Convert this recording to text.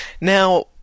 Now